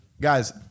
Guys